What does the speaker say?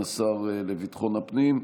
תודה רבה, אדוני סגן השר לביטחון הפנים.